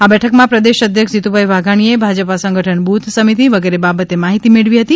આ બેઠકમાં પ્રદેશ અધ્યક્ષ જીતુભાઇ વાઘાણીએ ભાજપા સંગઠન બૂથ સમિતી વગેરે બાબતે માહિતી મેળવી હતી